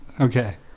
Okay